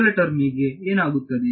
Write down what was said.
ಮೊದಲ ಟರ್ಮ್ ಗೆ ಏನಾಗುತ್ತದೆ